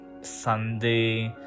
Sunday